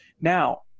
now